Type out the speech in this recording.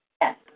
yes